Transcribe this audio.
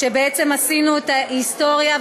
שבעצם עשינו היסטוריה,